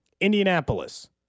Indianapolis